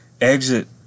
exit